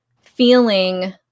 feeling